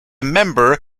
member